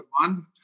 one